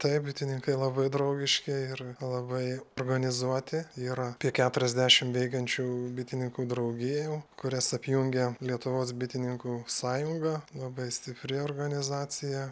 taip bitininkai labai draugiški ir labai organizuoti yra apie keturiasdešim veikiančių bitininkų draugijų kurias apjungia lietuvos bitininkų sąjunga labai stipri organizacija